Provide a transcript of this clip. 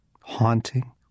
haunting